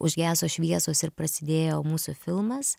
užgeso šviesos ir prasidėjo mūsų filmas